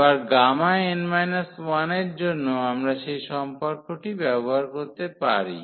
আবার n 1 এর জন্য আমরা সেই সম্পর্কটি ব্যবহার করতে পারি